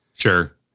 Sure